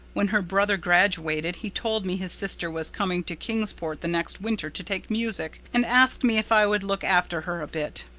when her brother graduated he told me his sister was coming to kingsport the next winter to take music, and asked me if i would look after her a bit,